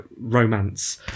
romance